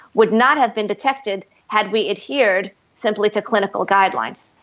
would not have been detected had we adhered simply to clinical guidelines.